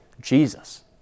Jesus